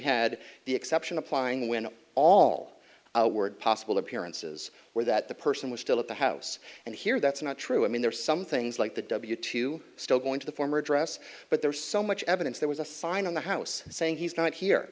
had the exception applying when all were possible appearances were that the person was still at the house and here that's not true i mean there are some things like the w two still going to the former address but there is so much evidence there was a sign in the house saying he's not here